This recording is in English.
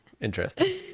interesting